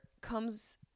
comes